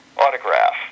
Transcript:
autograph